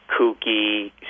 kooky